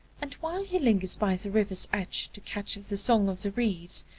and while he lingers by the river's edge to catch the song of the reeds,